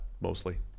mostly